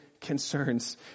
concerns